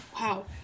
Wow